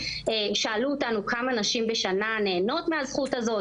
שאלו אותנו כמה נשים בשנה נהנות מהזכות הזאת,